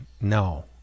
no